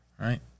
Right